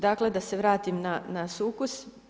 Dakle, da se vratim na sukus.